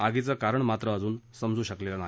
आगीचं कारण अजून समजू शकलेलं नाही